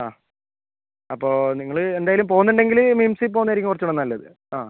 ആ അപ്പോൾ നിങ്ങൾ എന്തായാലും പോകുന്നുണ്ടെങ്കിൽ മിംസിൽ പോകുന്നത് ആയിരിക്കും കുറച്ചും കൂടെ നല്ലത് ആ